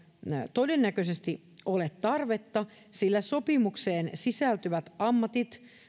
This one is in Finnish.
todennäköisesti ole tarvetta sillä sopimukseen sisältyvät ammatit